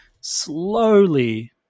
slowly